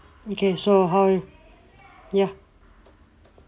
okay so how are you ya